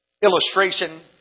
Illustration